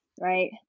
right